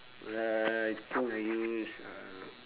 uh think I use uh